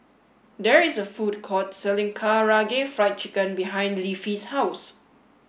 there is a food court selling Karaage Fried Chicken behind Leafy's House